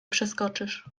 przeskoczysz